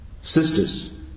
sisters